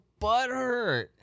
butthurt